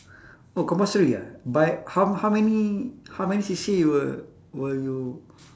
oh compulsory ah but how how many how many C_C_A you were were you